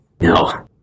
No